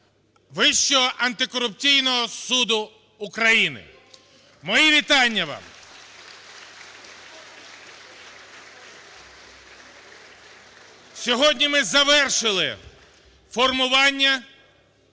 Вищого антикорупційного суду України. Мої вітання вам! (Оплески) Сьогодні ми завершили формування